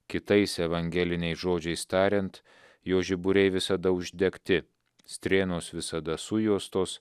kitais evangeliniais žodžiais tariant jo žiburiai visada uždegti strėnos visada sujuostos